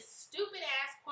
stupid-ass